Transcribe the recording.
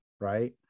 right